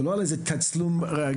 לא על איזה תצלום רגעי.